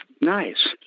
Nice